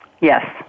Yes